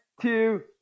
two